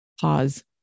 pause